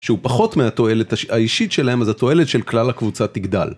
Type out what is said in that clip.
שהוא פחות מהתועלת האישית שלהם, אז התועלת של כלל הקבוצה תגדל.